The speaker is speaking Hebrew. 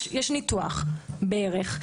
יש ניתוח ברך.